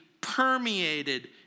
permeated